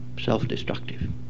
self-destructive